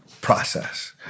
process